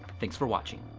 thanks for watching